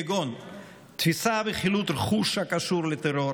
כגון תפיסה וחילוט רכוש הקשור לטרור.